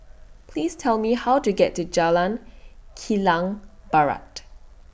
Please Tell Me How to get to Jalan Kilang Barat